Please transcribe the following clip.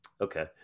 Okay